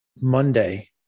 Monday